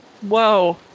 Whoa